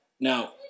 Now